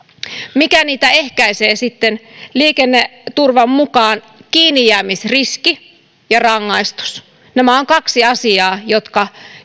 mikä niitä ehkäisee sitten liikenneturvan mukaan kiinnijäämisriski ja rangaistus nämä ovat kaksi asiaa jotka